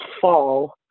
fall